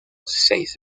seis